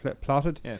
plotted